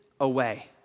away